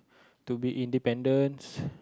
to be independence